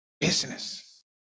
business